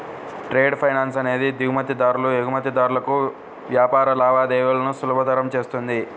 trade finance అనేది దిగుమతిదారులు, ఎగుమతిదారులకు వ్యాపార లావాదేవీలను సులభతరం చేస్తుంది